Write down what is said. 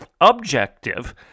Objective